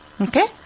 Okay